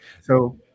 So-